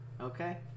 Okay